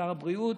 לשר הבריאות,